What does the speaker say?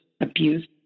abuse